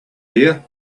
here